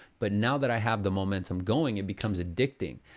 but now that i have the momentum going, it becomes addicting.